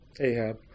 ahab